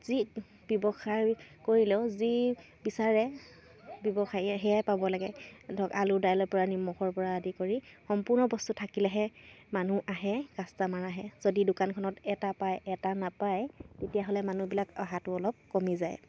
যি ব্যৱসায় আমি কৰিলেও যি বিচাৰে ব্যৱসায়ীয়ে সেয়াই পাব লাগে ধৰক আলু দাইলৰপৰা নিমখৰপৰা আদি কৰি সম্পূৰ্ণ বস্তু থাকিলেহে মানুহ আহে কাষ্টমাৰ আহে যদি দোকানখনত এটা পায় এটা নাপায় তেতিয়াহ'লে মানুহবিলাক অহাটো অলপ কমি যায়